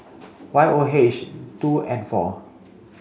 Y O H two N four